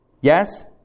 Yes